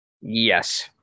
Yes